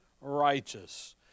righteous